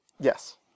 Yes